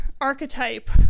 archetype